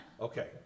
Okay